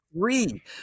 three